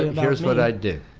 here's what i do.